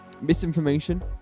misinformation